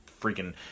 freaking